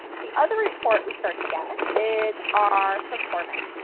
the other report we start to get is our performance.